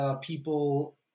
people